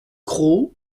cros